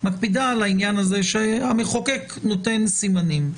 מקפידה על העניין הזה שהמחוקק נותן סימנים.